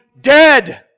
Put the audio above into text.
dead